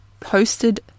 hosted